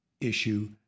issue